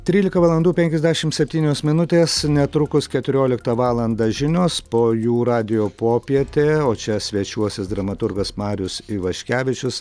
trylika valandų penkiasdešim septynios minutės netrukus keturioliktą valandą žinios po jų radijo popietė o čia svečiuosis dramaturgas marius ivaškevičius